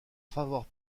favor